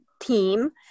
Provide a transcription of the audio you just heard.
team